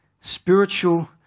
spiritual